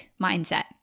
mindset